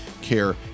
care